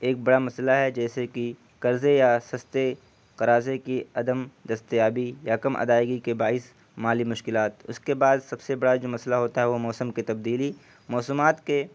ایک بڑا مسئلہ ہے جیسے کہ قرضے یا سستے قرضے کی عدم دستیابی یا کم ادائیگی کے باعث مالی مشکلات اس کے بعد سب سے بڑا جو مسئلہ ہوتا ہے وہ موسم کی تبدیلی موسمات کے